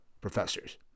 professors